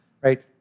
right